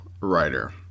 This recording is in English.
writer